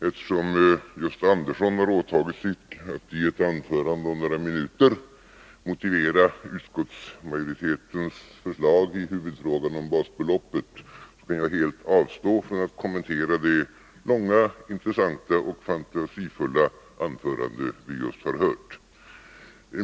Eftersom Gösta Andersson har åtagit sig att i ett anförande under några minuter motivera utskottsmajoritetens förslag i huvudfrågan om basbeloppet, kan jag helt avstå från att kommentera det långa, intressanta och fantasifulla anförande vi just har hört.